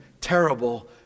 terrible